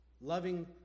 Loving